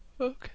Okay